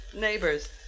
neighbors